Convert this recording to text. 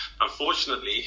Unfortunately